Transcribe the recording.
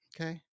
okay